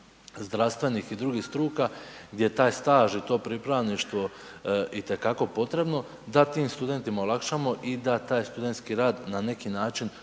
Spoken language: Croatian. zdravstvenih i drugih struka gdje taj staž i to pripravništvo itekako potrebno, da tim studentima olakšamo i da taj studentski rad na neki način